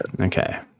okay